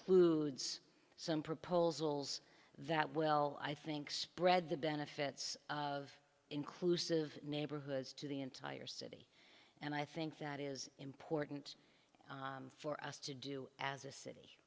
includes some proposals that well i think spread the benefits of inclusive neighborhoods to the entire city and i think that is important for us to do as a city